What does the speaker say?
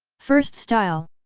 first style!